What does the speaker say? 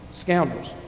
Scoundrels